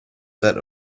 set